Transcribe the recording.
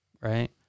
right